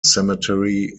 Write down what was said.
cemetery